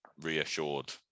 reassured